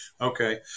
Okay